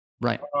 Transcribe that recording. Right